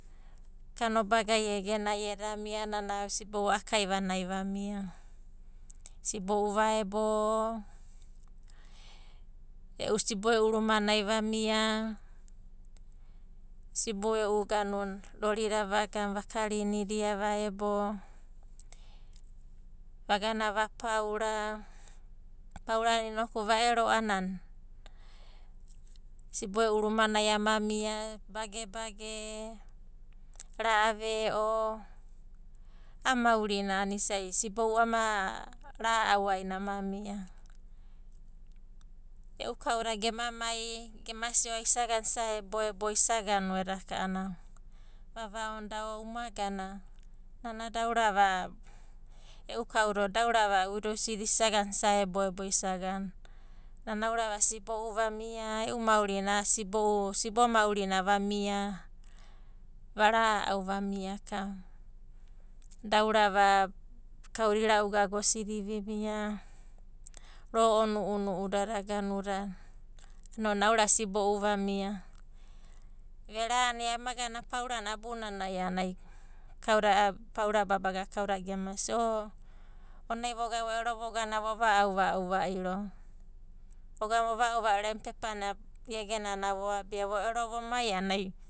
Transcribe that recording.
Kanobaga egenai eda mia, nana sibo'u a'akaiva nai vamia. Sibo'u vaebo, - sibo e'u rumanai vamia, sibo e'u rorida vakarinidia vaebo, vagana vapaura. Paurana inoku va ero a'anana, sibo e'u rumanai ama mia bagebage, ra'a ve'o, a'a maurina a'ana isa'i sibo'u ama ra'au aina ama mia. E'u kauda gema mai gema sia, isagana isa ebo ebo edaka a'anana vavaonoda uma gana, na da aurava e'u kauda, o da aurava uida osidi isagana isa ebo ebo. Nana aurava sibo'u vamia, e'u maurina sibo'u, sibo maurina vamia, va ra'au vamia akava. Da aurava kau da ira'u gaga osidi vimia, ro'o nu'unu'u dada ounanai aurava sibo'u vamia. Ve rani amagana paurana abunanai a'anan ai kauda a'a paura paura babagada kaudada gema sia, o onina ai vogana vo ero vogana vo va'auva'au va'iro. Vogana vo va'au vairo emu pepana egenana voabia, vo ero vomai a'ana.